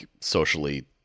socially